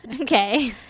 Okay